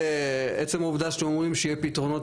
עצם העובדה שאומרים שיהיו פתרונות